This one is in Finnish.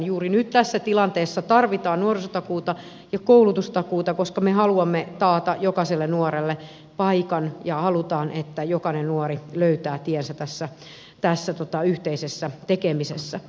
juuri nyt tässä tilanteessa tarvitaan nuorisotakuuta ja koulutustakuuta koska me haluamme taata jokaiselle nuorelle paikan ja haluamme että jokainen nuori löytää tiensä tässä yhteisessä tekemisessä